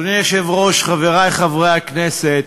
אדוני היושב-ראש, חברי חברי הכנסת,